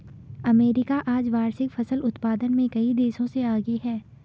America आज वार्षिक फसल उत्पादन में कई देशों से आगे है